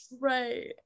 right